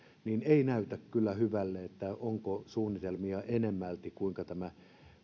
ei näytä kyllä hyvälle eli onko suunnitelmia enemmälti kuinka tämä